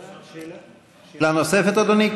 שאלה נוספת, אדוני?